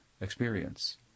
experience